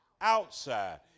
outside